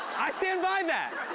i stand by that.